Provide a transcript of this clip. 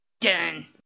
Done